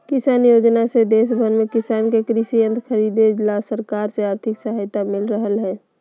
किसान योजना से देश भर के किसान के कृषि यंत्र खरीदे ला सरकार से आर्थिक सहायता मिल रहल हई